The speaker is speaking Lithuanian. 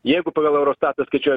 jeigu pagal eurostatą skaičiuoja